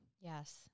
Yes